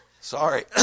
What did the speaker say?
Sorry